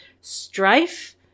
strife